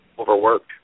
overworked